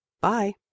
Bye